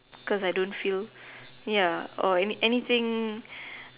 because I don't feel or anything